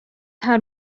har